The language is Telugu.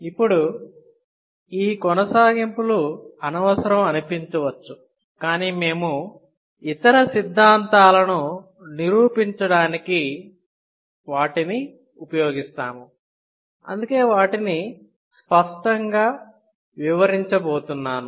ఇప్పుడు ఈ కొనసాగింపులు అనవసరం అనిపించవచ్చు కానీ మేము ఇతర సిద్ధాంతాలను నిరూపించడానికి వాటిని ఉపయోగిస్తాము అందుకే వాటిని స్పష్టంగా వివరించపోతున్నాను